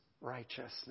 righteousness